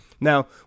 Now